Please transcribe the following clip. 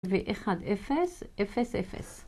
ו-1,0,0,0